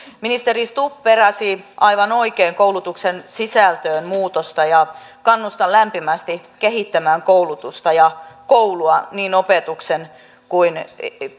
ministeri stubb peräsi aivan oikein koulutuksen sisältöön muutosta ja kannustan lämpimästi kehittämään koulutusta ja koulua niin opetuksen kuin